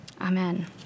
Amen